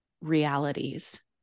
realities